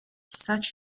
such